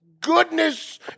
goodness